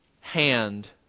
hand